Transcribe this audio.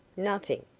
nothing.